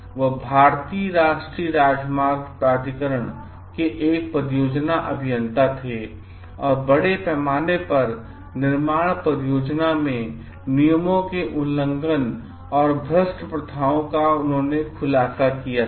वह भारतीय राष्ट्रीय राजमार्ग प्राधिकरण के एक परियोजना अभियंता थे और बड़े पैमाने पर निर्माण परियोजना में नियमों के उल्लंघन और भ्रष्ट प्रथाओं का खुलासा किया था